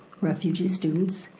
refugee students,